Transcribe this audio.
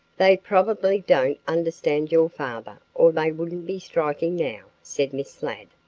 they probably don't understand your father or they wouldn't be striking now, said miss ladd.